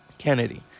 Kennedy